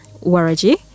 waraji